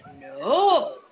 no